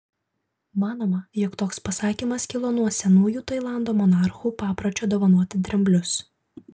manoma jog toks pasakymas kilo nuo senųjų tailando monarchų papročio dovanoti dramblius